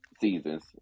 seasons